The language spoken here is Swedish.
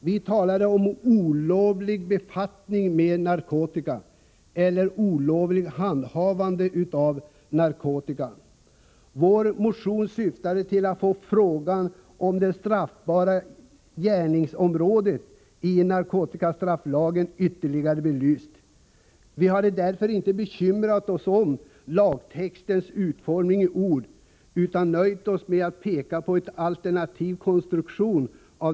Vi talar om ”olovlig befattning med narkotika” eller ”olovligt handhavande av narkotika”. Vår motion syftade till att få frågan om det straffbara gärningsområdet i narkotikastrafflagen ytterligare belyst. Vi har därför inte bekymrat oss om lagtextens utformning i ord, utan nöjt oss med att peka på en alternativ konstruktion.